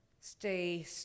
stay